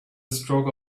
stroke